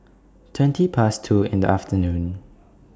twenty Past two in The afternoon